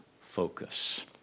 focus